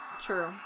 True